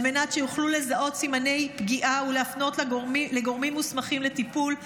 על מנת שיוכלו לזהות סימני פגיעה ולהפנות לגורמים מוסמכים לטיפול.